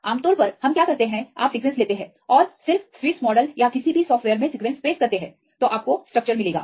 आमतौर पर हम क्या करते हैं आप सीक्वेंसलेते हैं और सिर्फ स्विस मॉडल या किसी भी सॉफ़्टवेयर में सीक्वेंस पेस्ट करते हैं तोआपको स्ट्रक्चर मिलेगा